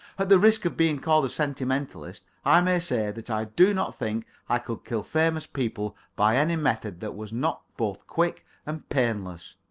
at the risk of being called a sentimentalist, i may say that i do not think i could kill famous people by any method that was not both quick and painless.